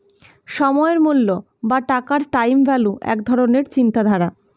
সময়ের মূল্য বা টাকার টাইম ভ্যালু এক ধরণের চিন্তাধারা